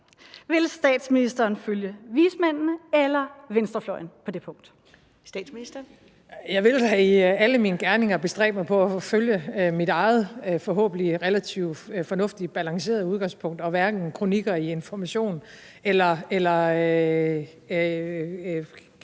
Statsministeren. Kl. 14:04 Statsministeren (Mette Frederiksen): Jeg vil i alle mine gerninger bestræbe mig på at følge mit eget forhåbentlig relativt fornuftige, balancerede udgangspunkt og hverken kronikker i Information eller